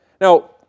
Now